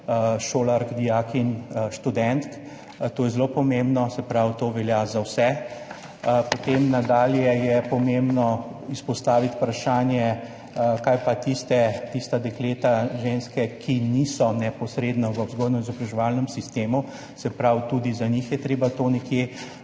šolark, dijakinj, študentk. To je zelo pomembno. Se pravi, to velja za vse. Nadalje je pomembno izpostaviti vprašanje, kaj pa tista dekleta, ženske, ki niso neposredno v vzgojno-izobraževalnem sistemu. Se pravi, tudi za njih je treba to nekje